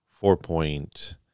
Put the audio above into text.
four-point